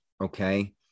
Okay